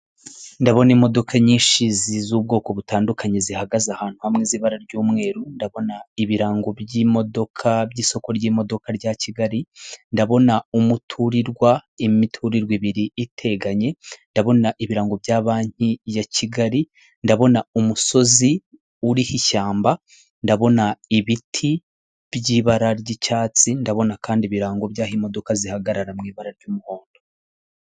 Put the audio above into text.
Ndabona imodoka nyinshi zubwoko butandukanye zihagaze ahantu hamwe z'ibara ry'umweru, ndabona ibirango byimodoka by'isoko ry'imodoka rya kigali, ndabona umuturirwa imiturirwa ibiri iteganye ndabona ibirango bya banki ya kigali, ndabona umusozi uriho ishyamba ndabona ibiti byibara ry'icyatsi ndabona kandi ibirango byaho imodoka zihagarara mu ibara ry'umuhondo.